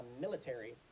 military